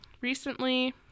recently